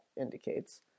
indicates